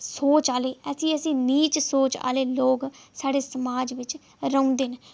सोच आह्ले ऐसी ऐसी नीच सोच आह्ले लोक साढ़े समाज बिच रौंह्दे न